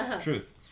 Truth